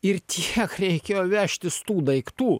ir tiek reikėjo vežtis tų daiktų